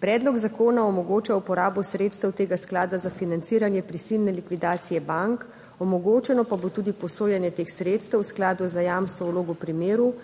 Predlog zakona omogoča uporabo sredstev tega sklada za financiranje prisilne likvidacije bank, omogočeno pa bo tudi posojanje teh sredstev v skladu za jamstvo vlog v primeru,